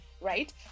right